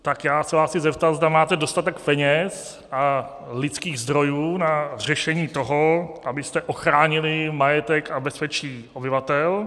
Tak se vás chci zeptat, zda máte dostatek peněz a lidských zdrojů na řešení toho, abyste ochránili majetek a bezpečí obyvatel.